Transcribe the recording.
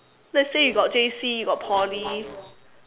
let's say you got J_C you got Poly